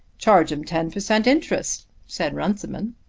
charge em ten per cent. interest, said runciman.